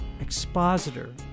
expositor